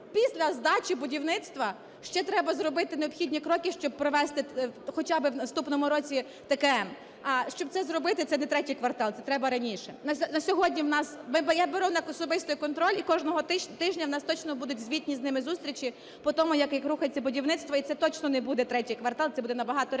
після здачі будівництва ще треба зробити необхідні кроки, щоб провести хоча би в наступному році таке, щоб це зробити, це не ІІІ квартал, це треба раніше. На сьогодні в нас, я беру на особистий контроль і кожного тижня в нас точно будуть звітні з ними зустрічі по тому, як рухається будівництво і це точно не буде ІІІ квартал, це буде набагато раніше.